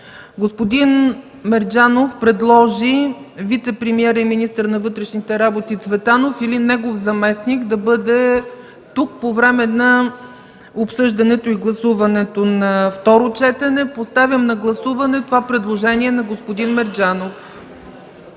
Господин Мерджанов предложи вицепремиера и министър на вътрешните работи Цветан Цветанов или негов заместник да бъде тук по време на обсъждането и гласуването на второ четене. Поставям на гласуване това предложение на господин Мерджанов.